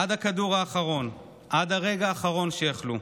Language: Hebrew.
עד הכדור האחרון, עד הרגע האחרון שיכלו.